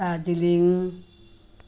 Darjeeling